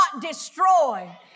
destroy